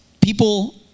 people